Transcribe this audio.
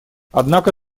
однако